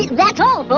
that's all but